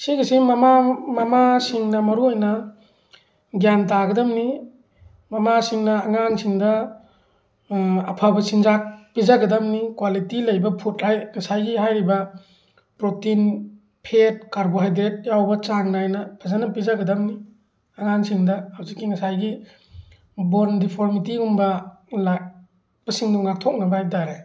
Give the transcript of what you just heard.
ꯁꯤꯒꯤꯁꯤ ꯃꯃꯥ ꯃꯃꯥꯁꯤꯡꯅ ꯃꯔꯨꯑꯣꯏꯅ ꯒ꯭ꯌꯥꯟ ꯇꯥꯒꯗꯕꯅꯤ ꯃꯃꯥꯁꯤꯡꯅ ꯑꯉꯥꯡꯁꯤꯡꯗ ꯑꯐꯕ ꯆꯤꯟꯖꯥꯛ ꯄꯤꯖꯒꯗꯝꯅꯤ ꯀ꯭ꯋꯥꯂꯤꯇꯤ ꯂꯩꯕ ꯐꯨꯗ ꯉꯁꯥꯏꯒꯤ ꯍꯥꯏꯔꯤꯕ ꯄ꯭ꯔꯣꯇꯤꯟ ꯐꯦꯠ ꯀꯥꯔꯕꯣꯍꯥꯏꯗ꯭ꯔꯦꯠ ꯌꯥꯎꯕ ꯆꯥꯡ ꯅꯥꯏꯅ ꯐꯖꯅ ꯄꯤꯖꯒꯗꯝꯅꯤ ꯑꯉꯥꯡꯁꯤꯡꯗ ꯍꯧꯖꯤꯛꯀꯤ ꯉꯁꯥꯏꯒꯤ ꯕꯣꯟ ꯗꯤꯐꯣꯔꯃꯤꯇꯤꯒꯨꯝꯕ ꯂꯥꯛꯄꯁꯤꯡ ꯉꯥꯛꯊꯣꯛꯅꯕ ꯍꯥꯏ ꯇꯥꯔꯦ